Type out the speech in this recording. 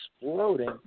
exploding